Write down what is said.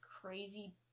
crazy